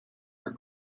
are